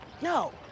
No